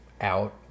out